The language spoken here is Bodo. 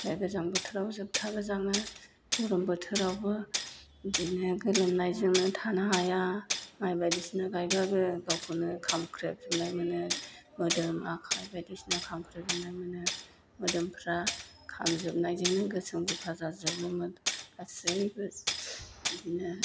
आमफ्राय गोजां बोथोराव जोबथा गोजाङो गरम बोथोरावबो बिदिनो गोलोमनायजोंनो थानो हाया माइ बायदिसिना गायब्लाबो गावखौनो खामख्रेब जोबनाय मोनो मोदोम आखाइ बायदिसिना खामख्रेब जोबनाय मोनो मोदोमफ्रा खामजोबनायजोंनो गोसोम गोफा जाजोबोमोन गासैबो बिदिनो